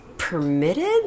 Permitted